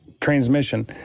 transmission